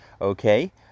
Okay